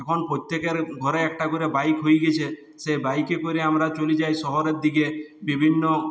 এখন প্রত্যেকের ঘরে একটা করে বাইক হয়ে গেছে সেই বাইকে করে আমরা চলে যাই শহরের দিকে বিভিন্ন